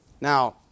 now